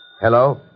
Hello